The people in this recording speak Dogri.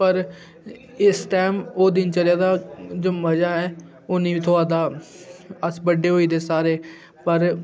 पर इस टइम ओह् दिनचर्या दा जो मजा ऐ ओह् नेईं थ्होआ दा अस बड्डे होई दे सारे पर